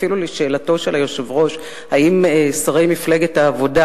אפילו על שאלתו של היושב-ראש אם שרי מפלגת העבודה